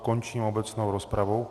Končím obecnou rozpravu.